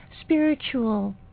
spiritual